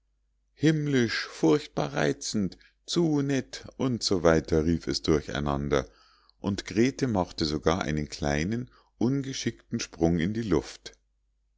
himmlisch furchtbar reizend zu nett u s w rief es durcheinander und grete machte sogar einen kleinen ungeschickten sprung in die luft